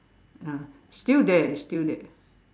ah still there it's still there